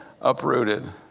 uprooted